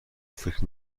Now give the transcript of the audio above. فکر